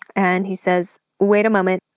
and he says, wait a moment,